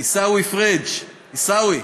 עיסאווי פריג' עיסאווי,